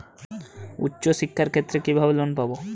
উচ্চশিক্ষার ক্ষেত্রে কিভাবে লোন পাব?